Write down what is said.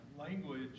language